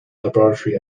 laboratory